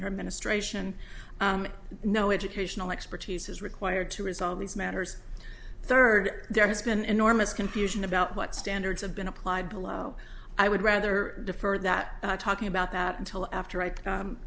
their ministration no educational expertise is required to resolve these matters third there has been enormous confusion about what standards have been applied below i would rather defer that talking about that until after